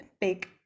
big